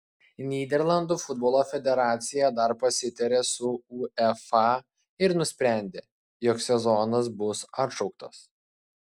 nyderlandų futbolo federacija dar pasitarė su uefa ir nusprendė jog sezonas bus atšauktas